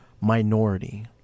minority